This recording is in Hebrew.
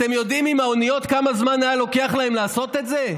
אתם יודעים עם האוניות כמה זמן היה לוקח להם לעשות את זה?